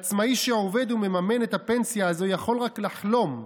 עצמאי שעובד ומממן את הפנסיה הזו יכול רק לחלום.